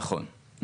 נכון.